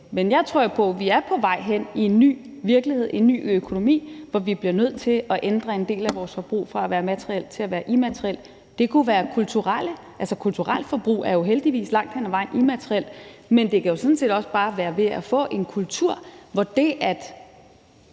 men jeg tror på, vi er på vej hen i en ny virkelighed, en ny økonomi, hvor vi bliver nødt til at ændre en del af vores forbrug fra at være materielt til at være immaterielt. Det kunne være kulturelt forbrug. Kulturelt forbrug er jo heldigvis langt hen ad vejen immaterielt, men det kan jo sådan set også bare være ved at få en kultur, hvor det at